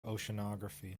oceanography